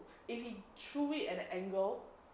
if he threw it at an angle